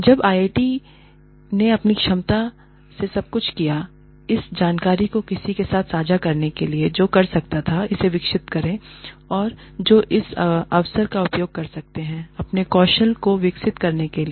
अब आईआईटी ने अपनी क्षमता में सब कुछ किया इस जानकारी को किसी के साथ साझा करने के लिए जो कर सकता था इसे विकसित करें या जो इस अवसर का उपयोग कर सकते हैं अपने कौशल को विकसित करने के लिए